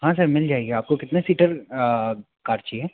हाँ सर मिल जाएगी आपको कितने सीटर कार चाहिए